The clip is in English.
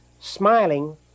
smiling